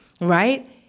right